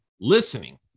listening